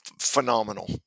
Phenomenal